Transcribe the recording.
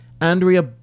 Andrea